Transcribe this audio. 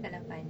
dah lapan